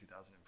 2004